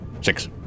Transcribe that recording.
Six